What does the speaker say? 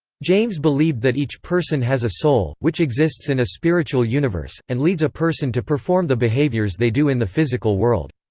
james believed that each person has a soul, which exists in a spiritual universe, and leads a person to perform the behaviors they do in the physical world.